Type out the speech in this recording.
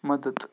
مدتھ